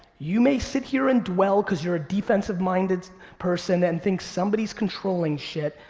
you may sit here and dwell cause you're a defensive minded person and think somebody's controlling shit.